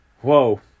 Whoa